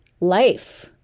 life